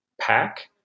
pack